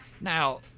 Now